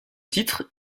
titre